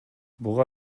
буга